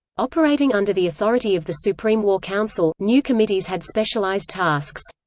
operating under the authority of the supreme war council, new committees had specialized tasks.